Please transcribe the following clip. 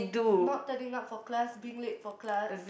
not turning up for class being late for class